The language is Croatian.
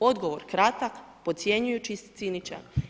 Odgovor kratak, podcjenjujući i ciničan.